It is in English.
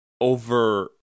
over